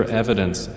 evidence